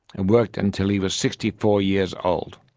and worked until he was sixty four years old.